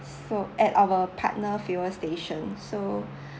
so at our partner fuel station so